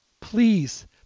Please